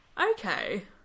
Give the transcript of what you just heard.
Okay